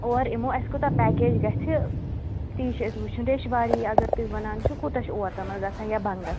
اور یِمو اسہِ کوٗتاہ پیکیٚج گَژھِ تی چھِ أسۍ وُچھان ریٚشواری اگر تُہۍ وَنان چھِ کوٗتاہ چھُ اور تام گَژھان یا بَنٛگَس